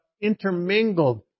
intermingled